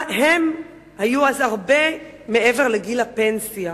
הם היו אז הרבה מעבר לגיל הפנסיה.